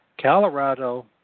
Colorado